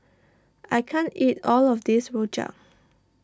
I can't eat all of this Rojak